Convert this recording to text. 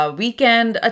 weekend